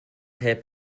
help